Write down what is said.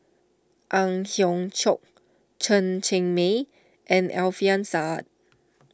Ang Hiong Chiok Chen Cheng Mei and Alfian Sa'At